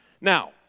Now